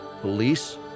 police